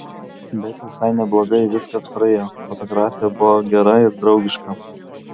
bet visai neblogai viskas praėjo fotografė buvo gera ir draugiška